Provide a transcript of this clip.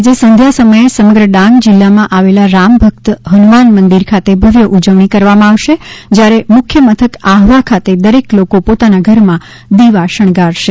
આજે સંધ્યા સમયે સમગ્ર ડાંગ જિલ્લા માં આવેલા રામ ભક્ત હનુમાન મંદિર ખાતે ભવ્ય ઉજવણી કરવામાં આવશે જયારે મુખ્ય મથક આહવા ખાતે દરેક લોકો પોતાના ઘરમાં દીવા શણગારશે